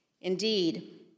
Indeed